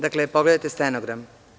Dakle, pogledajte stenogram.